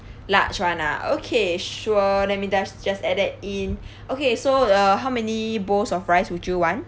large [one] ah okay sure let me just just add that in okay so uh how many bowls of rice would you want